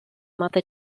mother